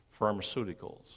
pharmaceuticals